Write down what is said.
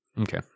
okay